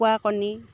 কুকুৰা কণী